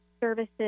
services